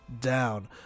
down